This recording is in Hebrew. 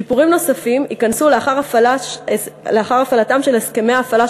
שיפורים נוספים ייכנסו לאחר הפעלתם של הסכמי ההפעלה